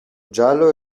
giallo